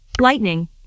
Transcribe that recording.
lightning